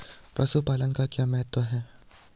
पशुपालन का क्या महत्व है?